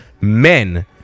men